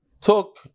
took